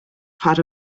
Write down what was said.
part